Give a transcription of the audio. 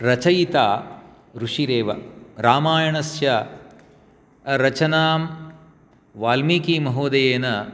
रचयिता ऋषिरेव रामायणस्य रचना वाल्मीकिमहोदयेन